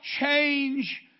change